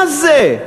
מה זה?